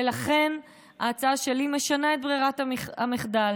ולכן ההצעה שלי משנה את ברירת המחדל: